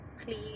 please